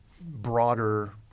broader